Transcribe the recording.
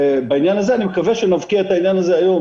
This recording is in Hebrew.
אני מקווה שנבקיע את העניין הזה היום.